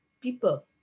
people